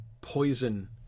poison